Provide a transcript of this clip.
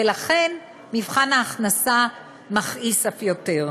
ולכן מבחן ההכנסה מכעיס אף יותר.